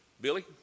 Billy